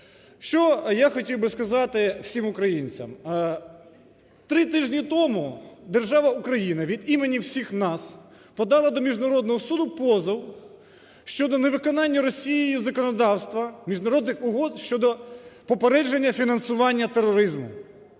Що я хотів би сказати всім українцям? Три тижні тому держава Україна від імені всіх нас подала до Міжнародного суду позов щодо невиконання Росією законодавства. Міжнародних угод щодо попередження фінансування тероризму.